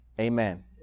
Amen